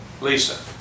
Lisa